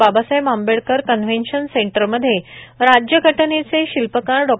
Babasaheb Ambedkar convention सेंटरमध्ये राज्यघटनेचे शिल्पकार डॉ